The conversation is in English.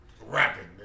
Rapping